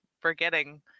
forgetting